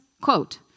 Quote